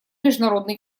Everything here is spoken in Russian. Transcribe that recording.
международной